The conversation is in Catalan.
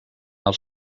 als